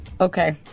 Okay